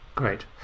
Great